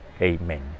Amen